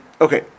Okay